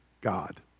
God